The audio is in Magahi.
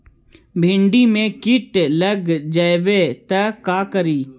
भिन्डी मे किट लग जाबे त का करि?